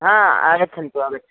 हा आगच्छन्तु आगच्छन्तु